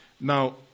Now